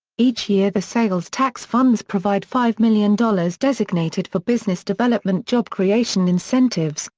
each year the sales tax funds provide five million dollars designated for business development job creation incentives,